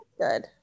Good